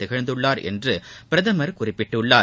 திகழ்ந்துள்ளார் என்று பிரதமர் குறிப்பிட்டுள்ளார்